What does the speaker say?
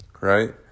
right